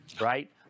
right